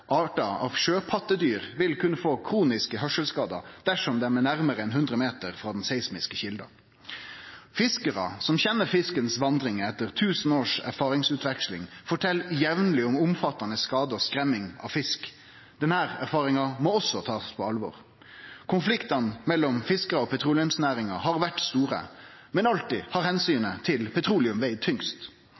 av sjøpattedyr vil kunne få kroniske høyrselsskadar dersom dei er nærmare enn 100 meter frå den seismiske kjelda. Fiskarar som kjenner fiskens vandring etter tusen års erfaringsutveksling fortel jamleg om omfattande skadar av skremming av fisk. Denne erfaringa må ein også ta på alvor. Konfliktane mellom fiskarane og petroleumsnæringa har vore store, men alltid har omsynet til petroleum vege tyngst,